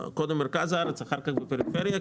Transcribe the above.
קודם מרכז הארץ, אחר כך בפריפריה.